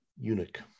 Eunuch